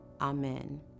Amen